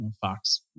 Fox